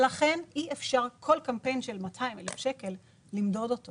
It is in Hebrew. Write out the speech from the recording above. לכן אי אפשר למדוד כל קמפיין של 200,000. אבל